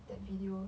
that video